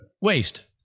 Waste